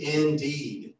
indeed